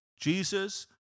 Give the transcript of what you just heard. Jesus